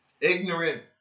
ignorant